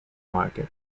market